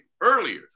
earlier